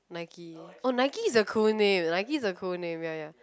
Nike oh Nike is a cool name Nike is a cool name ya ya